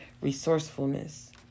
resourcefulness